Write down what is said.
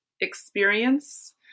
experience